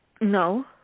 No